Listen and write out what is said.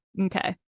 Okay